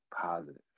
positive